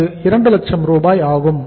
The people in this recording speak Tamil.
அது 2 லட்சம் ரூபாய் ஆகும்